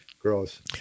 Gross